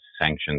sanctions